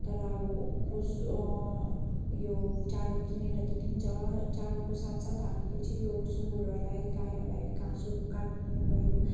तर अब खोस् यो चारो किनेर त दिन्छ चारोको साथ साथ हामीले चाहिँ यो सुँगुरहरूलाई गाईहरूलाई घाँसहरू काट्नु भयो